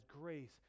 grace